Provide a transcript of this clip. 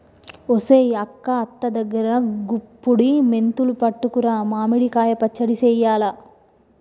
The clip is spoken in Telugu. ఒసెయ్ అక్క అత్త దగ్గరా గుప్పుడి మెంతులు పట్టుకురా మామిడి కాయ పచ్చడి సెయ్యాల